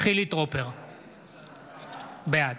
אינו